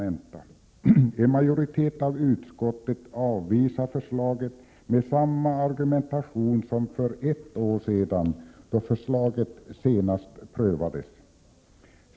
En majoritet i utskottet avvisar förslaget med samma argumentation som för ett år sedan, då förslaget senast prövades.